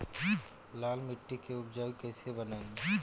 लाल मिट्टी के उपजाऊ कैसे बनाई?